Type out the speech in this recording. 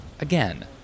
again